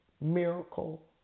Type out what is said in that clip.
miracle